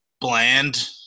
bland